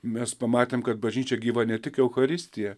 mes pamatėm kad bažnyčia gyva ne tik eucharistija